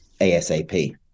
ASAP